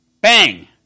bang